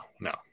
no